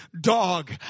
dog